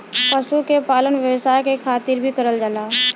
पशु के पालन व्यवसाय के खातिर भी करल जाला